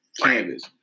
canvas